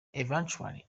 eventually